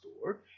store